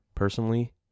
personally